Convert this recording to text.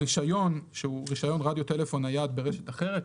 הרישיון שהוא רישיון רדיו טלפון נייד ברשת אחרת,